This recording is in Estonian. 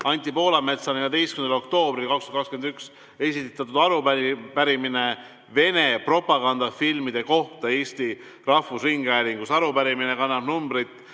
Anti Poolametsa 14. oktoobril 2021 esitatud arupärimine Vene propagandafilmide kohta Eesti Rahvusringhäälingus. Arupärimine kannab numbrit